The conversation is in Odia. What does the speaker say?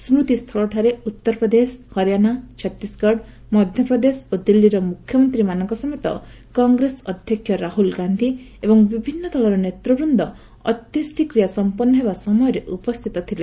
ସ୍କତିସ୍ଥଳଠାରେ ଉତ୍ତରପ୍ରଦେଶ ହରିୟାଣା ଛତିଶଗଡ ମଧ୍ୟପ୍ରଦେଶ ଓ ଦିଲ୍କୀର ମୁଖ୍ୟମନ୍ତ୍ରୀମାନଙ୍କ ସମେତ କଂଗ୍ରେସ ଅଧ୍ୟକ୍ଷ ରାହୁଲ ଗାନ୍ଧୀ ଏବଂ ବିଭିନ୍ନ ଦଳର ନେତୃବୃନ୍ଦ ଅନ୍ତେଷ୍ଟ୍ରିକ୍ରିୟା ସମ୍ପନ୍ନ ହେବା ସମୟରେ ଉପସ୍ଥିତ ଥିଲେ